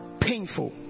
painful